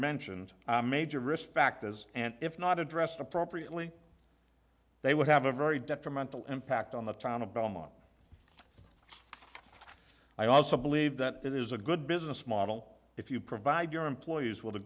mentioned major risk factors and if not addressed appropriately they would have a very detrimental impact on the town of belmont i also believe that it is a good business model if you provide your employees will